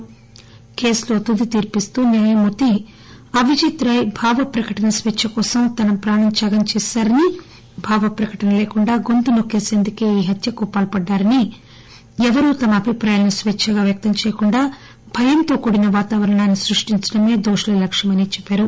ఈ కేసులో తుది తీర్పు ఇస్తూ న్యాయమూర్తి అవిజిత్ రాయ్ భావప్రకటన స్పేచ్చ కోసం తన ప్రాణ త్యాగం చేశారని భావ ప్రకటన లేకుండా గొంతు నొక్కేసిందుకే ఈ హత్యకు పాల్పడ్డారని ఎవ్వరూ తమ అభిప్రాయాలను స్వేచ్చగా వ్యక్తం చేయకుండా భయంతో కూడిన వాతావరణాన్ని సృష్టించడమే దోషుల లక్ష్యమని చెప్పారు